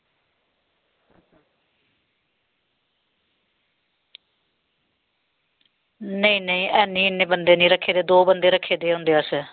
नेईं नेईं इन्ने बंदे निं रक्खे दे दौ बंदे रक्खे दे असें